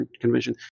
convention